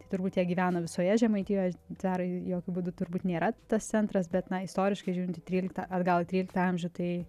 tai turbūt jie gyvena visoje žemaitijos tverai jokiu būdu turbūt nėra tas centras bet na istoriškai žiūrint į tryliktą atgal į tryliktą amžių tai